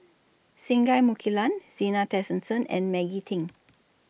Singai Mukilan Zena Tessensohn and Maggie Teng